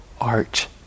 art